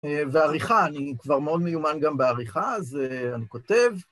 ועריכה, אני כבר מאוד מיומן גם בעריכה, אז אני כותב.